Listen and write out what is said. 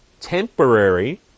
temporary